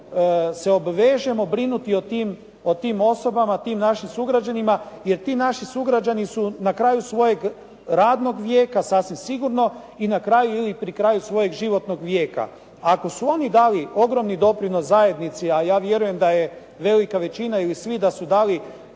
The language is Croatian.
se obvežemo brinuti o tim osobama, o tim našim sugrađanima jer ti naši sugrađani su na kraju svojeg radnog vijeka sasvim sigurno i na kraju ili pri kraju svojeg životnog vijeka. Ako su oni dali ogromni doprinos zajednici a ja vjerujem da je velika većina ili svi da su dali